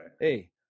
hey